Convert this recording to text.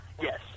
Yes